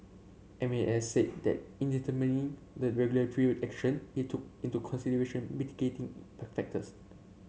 M A S said that in determining the regulatory action it took into consideration mitigating factors